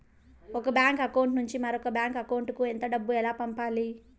ఒక bank account నుంచి మరొక బ్యాంకు అకౌంట్ కు ఎంత డబ్బు ఎలా పంపాలి